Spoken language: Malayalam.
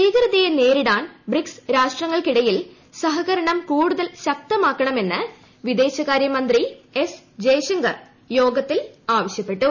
ഭീകരതയെ നേരിടാൻ ബ്രിക്സ് രാഷ്ട്രങ്ങൾക്കിടയിൽ സഹകരണം കൂടുതൽ ശക്തമാക്കണമെന്ന് വിദേശകാര്യമന്ത്രി എസ് ജയശങ്കർ യോഗത്തിൽ ആവശ്യപ്പെട്ടു